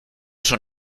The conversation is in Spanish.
son